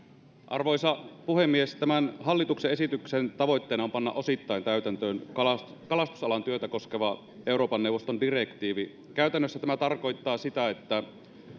arvoisa puhemies tämän hallituksen esityksen tavoitteena on panna osittain täytäntöön kalastusalan kalastusalan työtä koskeva euroopan neuvoston direktiivi käytännössä tämä tarkoittaa sitä että